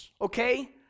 okay